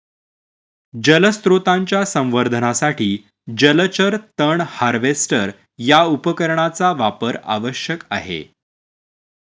जलस्रोतांच्या संवर्धनासाठी जलचर तण हार्वेस्टर या उपकरणाचा वापर आवश्यक आहे